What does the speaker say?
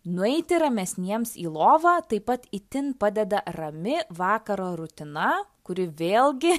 nueiti ramesniems į lovą taip pat itin padeda rami vakaro rutina kuri vėlgi